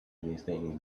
anything